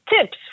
tips